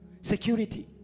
Security